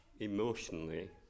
emotionally